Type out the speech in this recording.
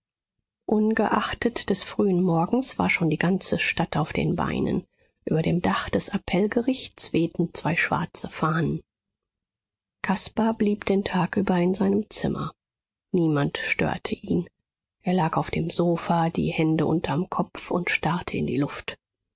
ungeachtet des frühen morgens war schon die ganze stadt auf den beinen über dem dach des appellgerichts wehten zwei schwarze fahnen caspar blieb den tag über in seinem zimmer niemand störte ihn er lag auf dem sofa die hände unterm kopf und starrte in die luft